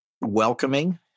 welcoming